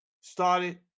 Started